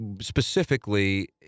specifically